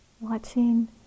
watching